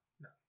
no